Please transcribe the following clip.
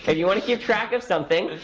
ah you want to keep track of something,